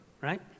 right